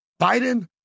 Biden